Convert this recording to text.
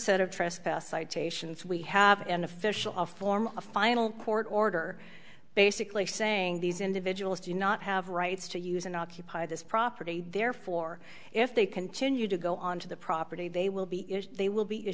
citations we have an official a form a final court order basically saying these individuals do not have rights to use and occupy this property therefore if they continue to go on to the property they will be if they will be is